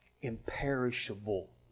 imperishable